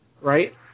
Right